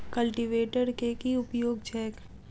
Cultivator केँ की उपयोग छैक?